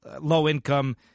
low-income